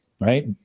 right